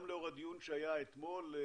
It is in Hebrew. גם לאור הדיון שהיה אתמול,